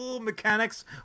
mechanics